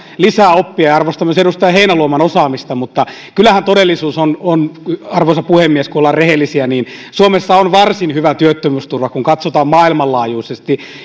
lisää oppia ja arvostan myös edustaja heinäluoman osaamista mutta kyllähän todellisuudessa arvoisa puhemies kun ollaan rehellisiä suomessa on varsin hyvä työttömyysturva kun katsotaan maailmanlaajuisesti